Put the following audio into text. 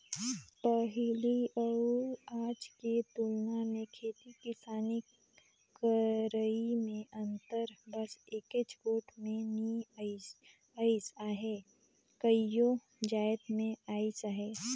पहिली अउ आज के तुलना मे खेती किसानी करई में अंतर बस एकेच गोट में नी अइस अहे कइयो जाएत में अइस अहे